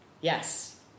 Yes